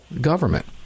government